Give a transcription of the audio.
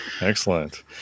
excellent